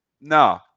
no